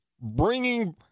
bringing